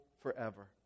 forever